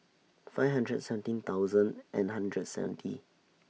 five hundred seventeen thousand and hundred seventy